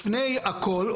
לפני הכל,